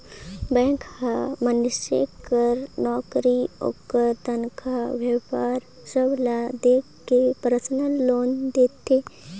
bank हर मइनसे कर नउकरी, ओकर तनखा, बयपार सब ल देख के परसनल लोन देथे